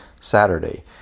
Saturday